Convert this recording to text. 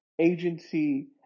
agency